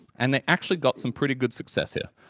and they actually got some pretty good success here.